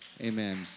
Amen